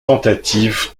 tentatives